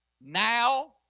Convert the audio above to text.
Now